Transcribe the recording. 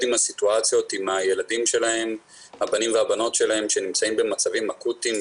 עם הסיטואציות עם הבנים והבנות שלהן שנמצאים במצבים אקוטיים,